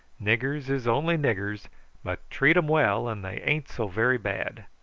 niggers is only niggers but treat em well and they ain't so very bad.